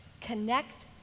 connect